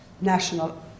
national